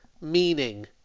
meaning